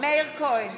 מאיר כהן,